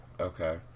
Okay